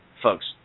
folks